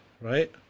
right